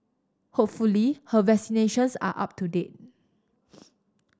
hopefully her vaccinations are up to date